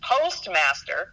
postmaster